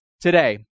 today